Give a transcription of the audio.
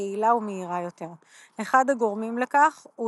יעילה ומהירה יותר; אחד הגורמים לכך הוא